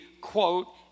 quote